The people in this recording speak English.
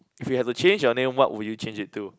if you have to change your name what would you change it to